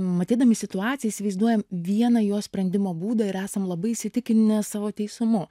matydami situaciją įsivaizduojam vieną jos sprendimo būdą ir esam labai įsitikinę savo teisumu